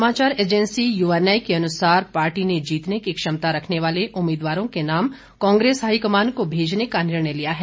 समाचार agency UNI के अनुसार पार्टी ने जीतने की क्षमता रखने वाले उम्मीदवारों के नाम कांग्रेस हाईकमान को भेजने का निर्णय लिया है